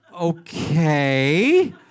okay